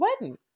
wedding